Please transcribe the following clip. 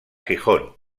gijón